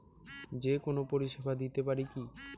যে কোনো পরিষেবা দিতে পারি কি?